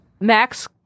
Max